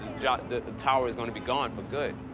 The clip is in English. tower is going to be gone but good.